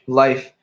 life